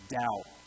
doubt